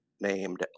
named